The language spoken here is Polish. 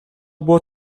było